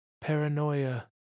Paranoia